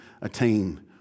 attain